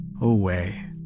away